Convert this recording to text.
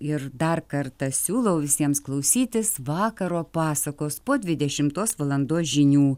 ir dar kartą siūlau visiems klausytis vakaro pasakos po dvidešimtos valandos žinių